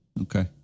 okay